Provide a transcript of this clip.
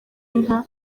inka